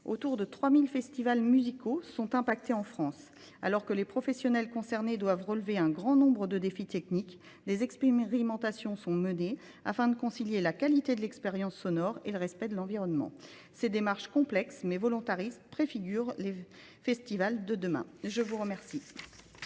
Autour de 3 000 festivals musicaux sont impactés en France. Alors que les professionnels concernés doivent relever un grand nombre de défis techniques, les expérimentations sont menées afin de concilier la qualité de l'expérience sonore et le respect de l'environnement. Ces démarches complexes mais volontaristes préfigurent les festivals de demain. Je vous remercie.